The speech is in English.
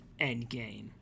Endgame